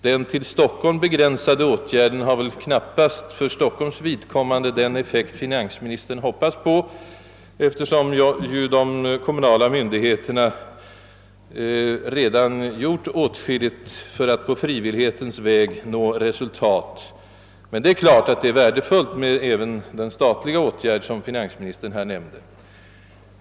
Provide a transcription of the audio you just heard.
Den till Stockholm begränsade åtgärden kan väl knappast för Stockholms vidkommande ge den effekt finansministern hoppats på, eftersom ju de kommunala myndigheterna redan gjort åtskilligt för att på frivillighetens väg nå resultat. Och sådana har också nåtts. Men det är emellertid klart att det är värdefullt även med den statliga åtgärd som finansministern här nämnde.